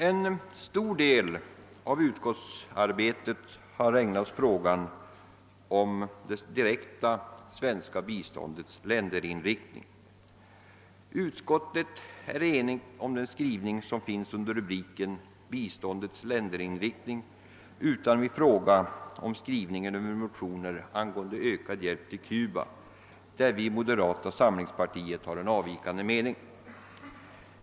En stor del av utskottsarbetet har ägnats åt frågan om det direkta svenska biståndets länderinriktning. Utskottet är enigt om den skrivning som finns under rubriken Biståndets länderinriktning, utom när det gäller motioner angående ökad hjälp till Cuba, där vi i moderata samlingspartiet har en avvikande mening.